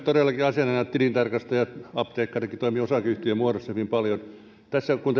todellakin asianajajat tilintarkastajat apteekkaritkin toimivat osakeyhtiömuodossa hyvin paljon kun